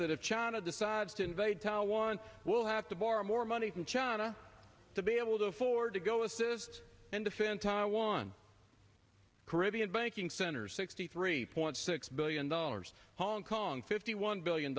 that if china decides to invade taiwan we'll have to borrow more money from china to be able to afford to go assist and defend taiwan caribbean banking centers sixty three point six billion dollars hong kong fifty one billion